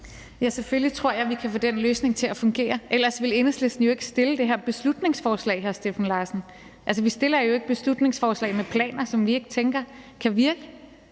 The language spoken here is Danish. Ja, selvfølgelig tror jeg, at vi kan få den løsning til at fungere. Ellers ville Enhedslisten jo ikke fremsætte det her beslutningsforslag, hr. Steffen Larsen. Altså, vi fremsætter jo ikke et beslutningsforslag med planer, som vi ikke tænker kan virke.